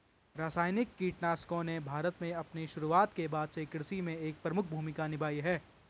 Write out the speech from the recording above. रासायनिक कीटनाशकों ने भारत में अपनी शुरूआत के बाद से कृषि में एक प्रमुख भूमिका निभाई है